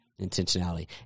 intentionality